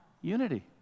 Unity